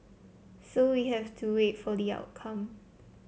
so we have to wait for the outcome